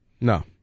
No